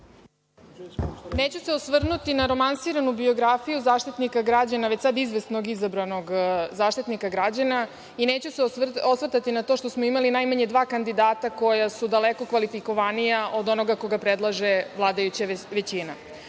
Neću se osvrnuti na romansiranu biografiju Zaštitnika građana, već sada izvesno izabranog Zaštitnika građana i neću se osvrtati na to što smo imali najmanje dva kandidata koja su daleko kvalifikovanija od onoga koga predlaže vladajuća